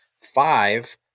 five